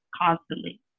constantly